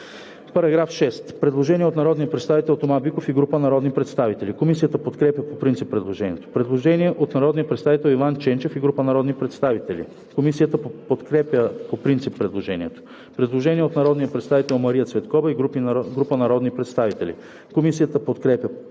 По § 6 има предложение от народния представител Тома Биков и група народни представители. Комисията подкрепя по принцип предложението. Предложение от народния представител Иван Ченчев и група народни представители. Комисията подкрепя по принцип предложението. Предложение от народния представител Мария Цветкова и група народни представители. Комисията подкрепя